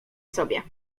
sobie